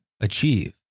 achieve